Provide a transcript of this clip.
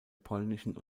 polnischen